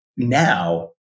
Now